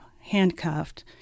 handcuffed